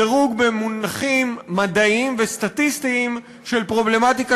דירוג במונחים מדעיים וסטטיסטיים של פרובלמטיקה